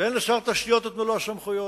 ואין לשר התשתיות מלוא הסמכויות.